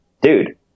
dude